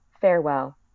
Farewell